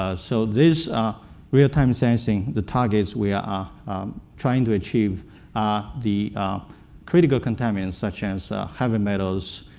ah so this real-time sensing, the targets we are trying to achieve the critical contaminants, such as heavy metals,